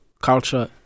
culture